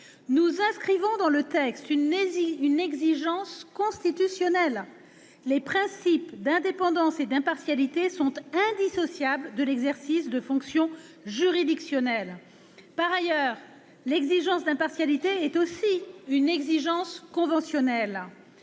à inscrire dans le texte une exigence constitutionnelle : les principes d'indépendance et d'impartialité sont indissociables de l'exercice de fonctions juridictionnelles. Par ailleurs, l'exigence d'impartialité est aussi une exigence conventionnelle.